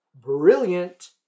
brilliant